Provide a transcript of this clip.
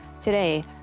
Today